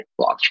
blockchain